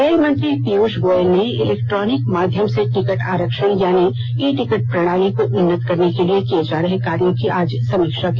rail मंत्री पीयूष गोयल ने electronic माध्यम से टिकट आरक्षण यानी ई टिकट प्रणाली को उन्नत करने के लिए किए जा रहे कार्यो की आज समीक्षा की